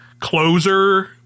closer